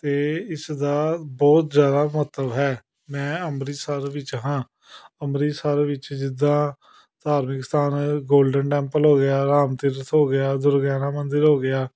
ਅਤੇ ਇਸ ਦਾ ਬਹੁਤ ਜ਼ਿਆਦਾ ਮਹੱਤਵ ਹੈ ਮੈਂ ਅੰਮ੍ਰਿਤਸਰ ਵਿੱਚ ਹਾਂ ਅੰਮ੍ਰਿਤਸਰ ਵਿੱਚ ਜਿੱਦਾਂ ਧਾਰਮਿਕ ਸਥਾਨ ਗੋਲਡਨ ਟੈਂਪਲ ਹੋ ਗਿਆ ਰਾਮ ਤੀਰਥ ਹੋ ਗਿਆ ਦੁਰਗਿਆਣਾ ਮੰਦਿਰ ਹੋ ਗਿਆ